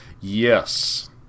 yes